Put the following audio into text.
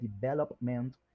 development